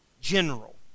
general